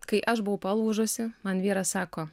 kai aš buvau palūžusi man vyras sako